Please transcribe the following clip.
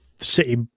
City